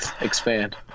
expand